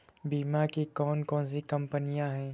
बीमा की कौन कौन सी कंपनियाँ हैं?